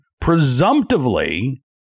presumptively